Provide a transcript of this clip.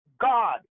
God